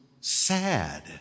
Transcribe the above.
sad